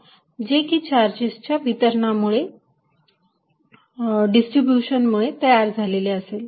जे की चार्जेसच्या वितरणा मुळे तयार झालेले असेल